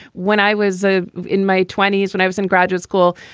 when i was ah in my twenty s, when i was in graduate school,